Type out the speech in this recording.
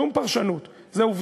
עובדות, שום פרשנות, זה עובדות,